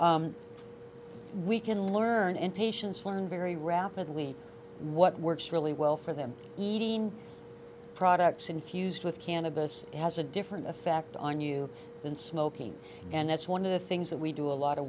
close we can learn and patients learn very rapidly what works really well for them eating products infused with cannabis has a different effect on you than smoking and that's one of the things that we do a lot of